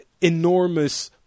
enormous –